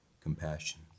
compassion